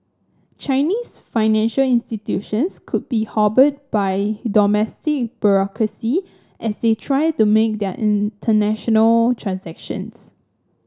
Chinese financial institutions could be hobbled by domestic bureaucracy as they try to make their international transactions